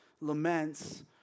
laments